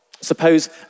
Suppose